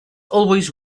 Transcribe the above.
always